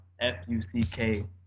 F-U-C-K